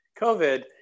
COVID